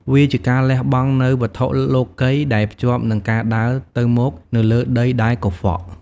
វាជាការលះបង់នូវវត្ថុលោកិយដែលភ្ជាប់នឹងការដើរទៅមកនៅលើដីដែលកខ្វក់។